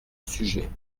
sujet